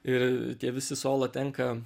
ir tie visi solo tenka